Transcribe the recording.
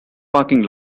parking